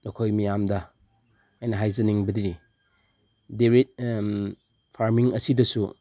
ꯅꯈꯣꯏ ꯃꯌꯥꯝꯗ ꯑꯩꯅ ꯍꯥꯏꯖꯅꯤꯡꯕꯗꯤ ꯐꯥꯔꯃꯤꯡ ꯑꯁꯤꯗꯁꯨ